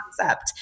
concept